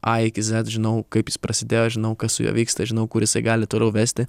a iki z žinau kaip jis prasidėjo žinau kas su juo vyksta žinau kur jisai gali toliau vesti